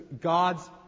God's